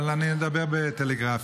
אבל אני אדבר טלגרפית.